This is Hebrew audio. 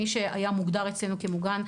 מי שהיה מוגדר אצלנו כמוגן,